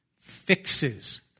fixes